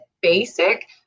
basic